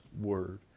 word